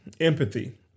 empathy